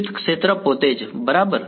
વિદ્યુત ક્ષેત્ર પોતે જ બરાબર